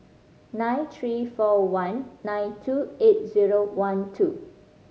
nine three four one nine two eight zero one two